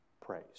praise